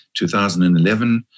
2011